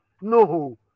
no